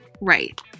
Right